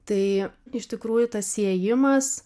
tai iš tikrųjų tas siejimas